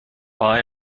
war